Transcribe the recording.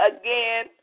again